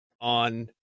on